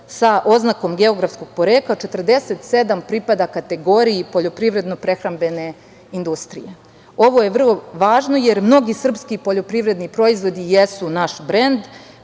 sa oznakom geografskog porekla 47 pripada kategoriji poljoprivredno-prehrambene industrije. Ovo je vrlo važno jer mnogi srpski poljoprivredni proizvodi jesu naš brend,